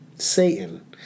Satan